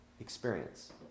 experience